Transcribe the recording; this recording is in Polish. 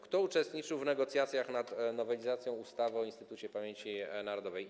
Kto uczestniczył w negocjacjach nad nowelizacją ustawy o Instytucie Pamięci Narodowej?